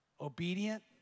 obedient